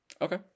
Okay